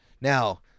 Now